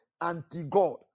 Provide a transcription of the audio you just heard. anti-God